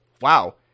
Wow